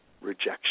rejection